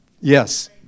Yes